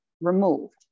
removed